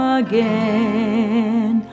again